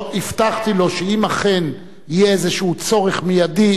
הבטחתי לו שאם אכן יהיה איזה צורך מיידי